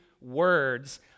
words